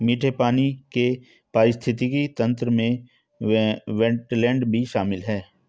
मीठे पानी के पारिस्थितिक तंत्र में वेट्लैन्ड भी शामिल है